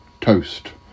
Toast